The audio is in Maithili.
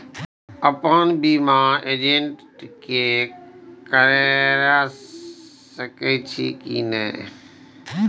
अपन बीमा बिना एजेंट के करार सकेछी कि नहिं?